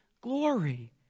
glory